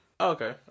okay